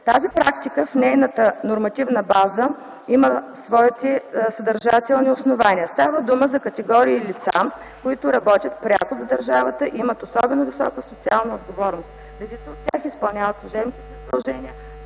Тази практика и нейната нормативна база имат своите съдържателни основания. Става дума за категории лица, които работят пряко за държавата и имат особено висока социална отговорност, редица от тях изпълняват служебните си задължения